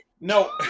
No